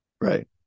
right